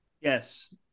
Yes